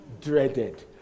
dreaded